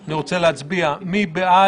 אני מבין